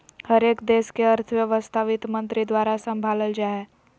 हरेक देश के अर्थव्यवस्था वित्तमन्त्री द्वारा सम्भालल जा हय